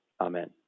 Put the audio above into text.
Amen